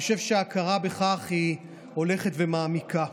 אני חושב שההכרה בכך הולכת ומעמיקה.